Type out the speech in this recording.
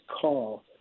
call